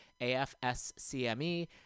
AFSCME